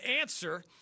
answer